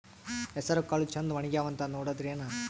ಹೆಸರಕಾಳು ಛಂದ ಒಣಗ್ಯಾವಂತ ನೋಡಿದ್ರೆನ?